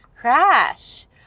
crash